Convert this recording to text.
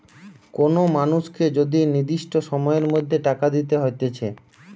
কোন মানুষকে যদি নির্দিষ্ট সময়ের মধ্যে টাকা দিতে হতিছে